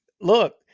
look